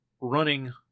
running